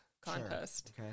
contest